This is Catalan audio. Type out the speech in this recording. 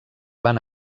van